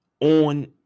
On